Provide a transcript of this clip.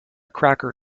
cracker